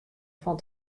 fan